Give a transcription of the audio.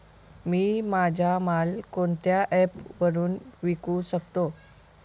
मी माझा माल कोणत्या ॲप वरुन विकू शकतो?